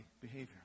behavior